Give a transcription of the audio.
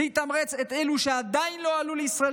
זה יתמרץ את אלו שעדיין לא עלו לישראל